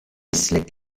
slick